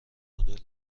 مدل